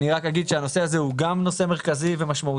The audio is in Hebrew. אני רק אגיד שהנושא הזה הוא גם נושא מרכזי ומשמעותי.